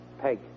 Peg